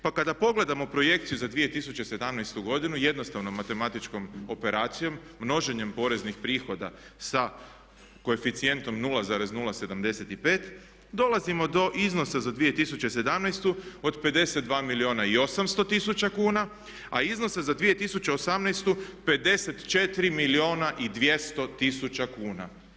Pa kada pogledamo projekciju za 2017. godinu jednostavnom matematičkom operacijom, množenjem poreznih prihoda sa koeficijentom 0,075 dolazimo do iznosa za 2017. od 52 milijuna i 800 tisuća kuna, a iznose za 2018. 54 milijuna i 200 tisuća kuna.